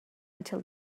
until